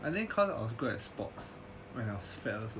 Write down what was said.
I think cause I was good at sports